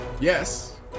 Yes